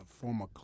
former